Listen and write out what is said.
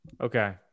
Okay